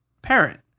Parent